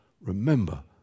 remember